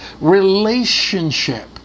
relationship